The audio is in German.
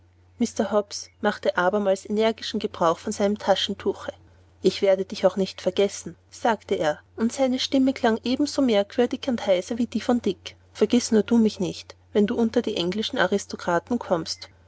mr hobbs machte abermals energischen gebrauch von seinem taschentuche ich werde dich auch nicht vergessen sagte er und seine stimme klang ebenso merkwürdig heiser wie die von dick vergiß nur du mich nicht wenn du unter die englischen aristokraten kommst